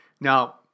Now